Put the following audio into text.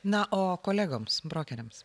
na o kolegoms brokeriams